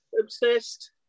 obsessed